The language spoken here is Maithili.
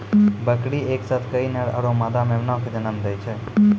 बकरी एक साथ कई नर आरो मादा मेमना कॅ जन्म दै छै